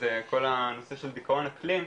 זה הנושא של דיכאון אקלים,